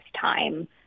time